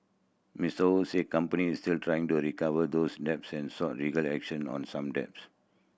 Mister Ho said company is still trying to recover those debts and sought legal action on some debts